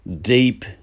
deep